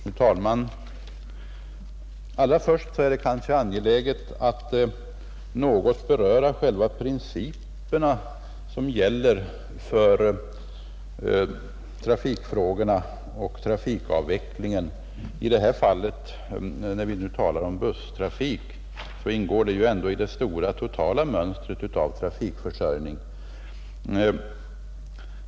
Fru talman! Allra först är det kanske angeläget att något beröra de principer som gäller för trafikfrågorna och trafikavvecklingen. Den busstrafik som vi i det här fallet talar om ingår i det stora mönstret av total trafikförsörjning.